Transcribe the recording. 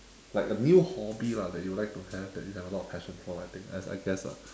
like a new hobby lah that you would like to have that you have a lot of passion for I think as I guess lah